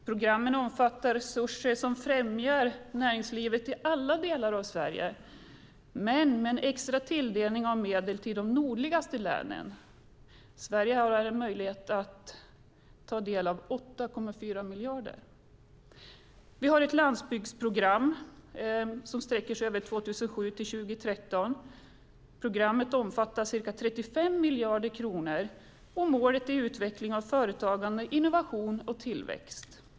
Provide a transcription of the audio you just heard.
Programmen omfattar resurser som främjar näringslivet i alla delar av Sverige, men med en extra tilldelning av medel till de nordligaste länen. Sverige har möjlighet att ta del av 8,4 miljarder kronor. Vi har ett landsbygdsprogram som sträcker sig över 2007-2013. Programmet omfattar ca 35 miljarder kronor, och målet är utveckling av företagande, innovation och tillväxt.